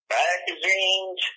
magazines